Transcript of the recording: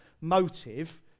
motive